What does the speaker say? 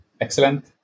Excellent